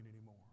anymore